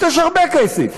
אז יש הרבה כסף.